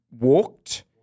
walked